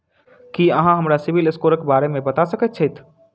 की अहाँ हमरा CIBIL score क बारे मे बता सकइत छथि?